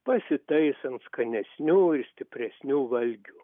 pasitaisant skanesnių ir stipresnių valgių